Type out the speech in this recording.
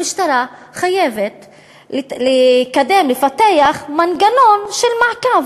המשטרה חייבת לקדם, לפתח, מנגנון של מעקב,